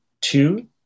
two